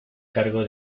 cargo